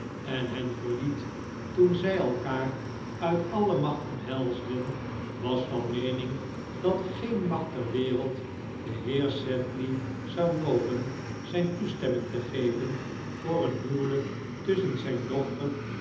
en hen verliet toen zij elkaar uit alle macht omhelsden was van meening dat geen macht ter wereld den heer sedley zou nopen zijn toestemming te geven voor een huwelijk tusschen zijn dochter